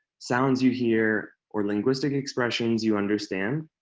sounds you hear, or linguistic expressions you understand,